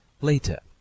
Later